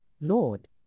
Lord